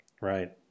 Right